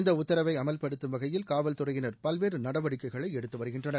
இந்த உத்தரவை அமவ்படுத்தும் வகையில் காவல்துறையினா் பல்வேறு நடவடிக்கைகளை எடுத்து வருகின்றன்